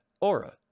Aura